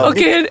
Okay